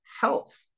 health